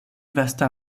vasta